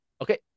Okay